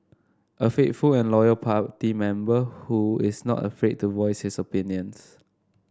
a faithful and loyal party member who is not afraid to voice his opinions